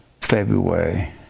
February